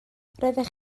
roeddech